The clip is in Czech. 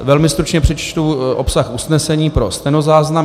Velmi stručně přečtu obsah usnesení pro stenozáznam.